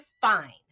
fine